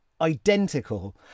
identical